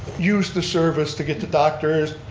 use the service to get to doctors,